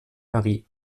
marie